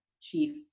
chief